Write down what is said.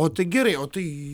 o tai gerai o tai